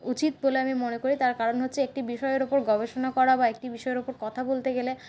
উচিত বলে আমি মনে করি তার কারণ হচ্ছে একটি বিষয়ের ওপর গবেষণা করা বা একটি বিষয়ের ওপর কথা বলতে গেলে